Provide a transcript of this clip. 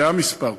זה המספר.